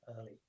early